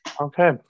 Okay